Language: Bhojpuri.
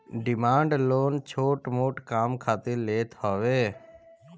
डिमांड लोन छोट मोट काम खातिर लेत हवे